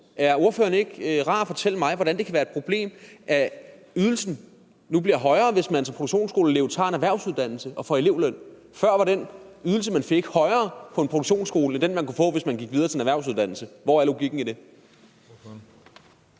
Er ordføreren ikke rar at fortælle mig, hvordan det kan være et problem, at ydelsen nu bliver højere, hvis man som produktionsskoleelev tager en erhvervsuddannelse og får elevløn? Før var den ydelse, man fik, højere på en produktionsskole end den, man kunne få, hvis man gik videre til en erhvervsuddannelse. Hvor er logikken i det?